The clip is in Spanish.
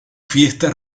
fiesta